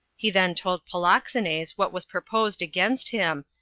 he then told polixenes what was proposed against him,